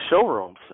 showrooms